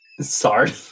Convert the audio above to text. sorry